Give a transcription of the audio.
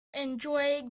enjoy